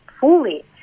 fully